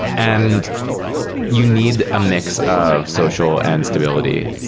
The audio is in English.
and you need a mix of social and stability.